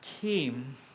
came